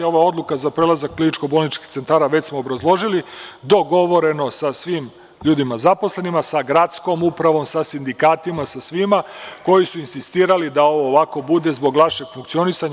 Ova odluka za prelazak kliničko-bolničkih centara, već smo obrazložili, dogovoreno sa svim ljudima, zaposlenima, sa gradskom upravom, sa sindikatima, sa svima koji su insistirali da ovo ovako bude, zbog vašeg funkcionisanja.